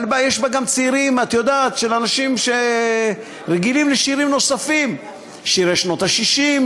אבל יש בה גם מוזיקה של אנשים שרגילים לשירים נוספים: שירי שנות ה-60,